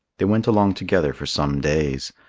they went along together for some days.